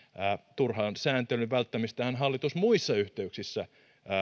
turhan sääntelyn välttämistähän hallitus muissa yhteyksissä